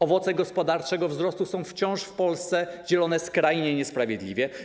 Owoce gospodarczego wzrostu wciąż są w Polsce dzielone skrajnie niesprawiedliwie.